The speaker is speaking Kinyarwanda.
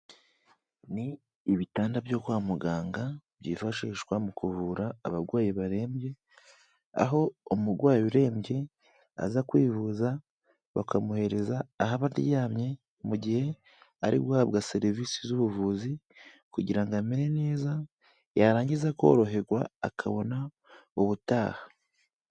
Ni ibitanda byo kwa muganga byifashishwa mu kuvura abarwayi barembye, aho umurwayi urembye aza kwivuza bakamuhereza aho aba aryamye mu gihe ari guhabwa serivisi z'ubuvuzi kugira ngo amere neza, yarangiza koroherwa akabona ubutaha.